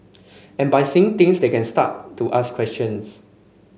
and by seeing things they can start to ask questions